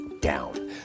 down